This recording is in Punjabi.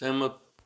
ਸਹਿਮਤ